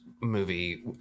movie